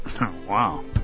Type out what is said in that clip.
Wow